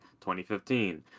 2015